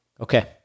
Okay